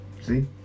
See